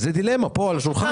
זה דילמה פה על השולחן.